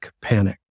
panic